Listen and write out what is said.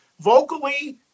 vocally